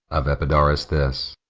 of epidaurus this.